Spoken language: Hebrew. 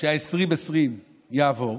היום שה-2020 יעבור,